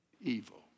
evil